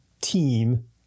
team